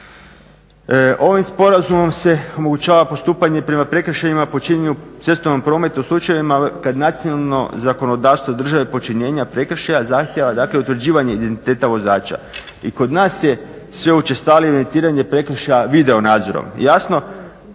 Ovim sporazumom se omogućava postupanje prema prekršajima počinjenom u cestovnom prometu u slučajevima kad nacionalno zakonodavstvo države počinjenja prekršaja zahtjeva dakle utvrđivanje identiteta vozača i kod nas je sve učestalije evidentiranje prekršaja video nadzorom. Jasno